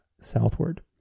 southward